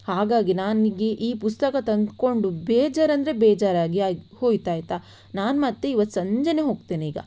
ಹಾಗಾಗಿ ನನಗೆ ಈ ಪುಸ್ತಕ ತಂದುಕೊಂಡು ಬೇಜಾರು ಅಂದರೆ ಬೇಜಾರಾಗಿ ಆಯ್ ಹೋಯಿತು ಆಯಿತಾ ನಾನು ಮತ್ತೆ ಇವತ್ತು ಸಂಜೆಯೇ ಹೋಗ್ತೇನೆ ಈಗ